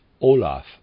Olaf